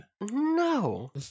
No